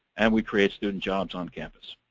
and we create student jobs on campus.